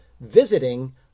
Visiting